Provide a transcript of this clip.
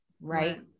right